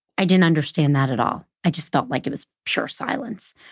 i didn't understand that at all. i just felt like it was pure silence.